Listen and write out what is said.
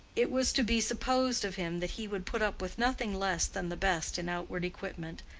it was to be supposed of him that he would put up with nothing less than the best in outward equipment,